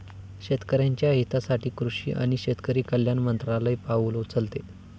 शेतकऱ्याच्या हितासाठी कृषी आणि शेतकरी कल्याण मंत्रालय पाउल उचलते